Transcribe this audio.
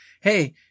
hey